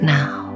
now